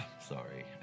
Sorry